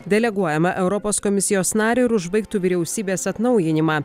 deleguojamą europos komisijos narį ir užbaigtų vyriausybės atnaujinimą